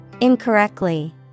Incorrectly